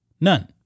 None